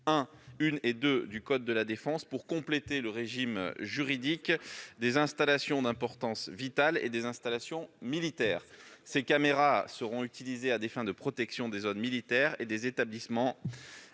parties du code de la défense pour compléter le régime juridique des installations d'importance vitale et des installations militaires. Ces caméras seront utilisées à des fins de protection des zones militaires et des établissements,